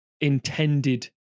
intended